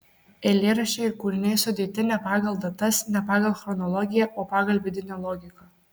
eilėraščiai ir kūriniai sudėti ne pagal datas ne pagal chronologiją o pagal vidinę logiką